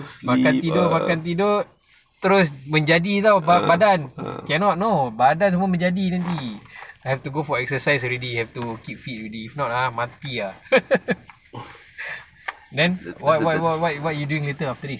makan tidur makan tidur terus menjadi [tau] badan cannot no badan semua menjadi nanti have to go for exercise already have to keep fit already if not ah mati ah then what what what what what you doing later after this